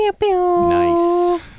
Nice